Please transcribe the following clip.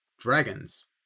Dragons